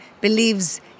believes